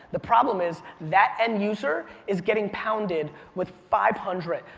the problem is that end user is getting pounded with five hundred,